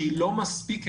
שהיא לא מספיק החלטית,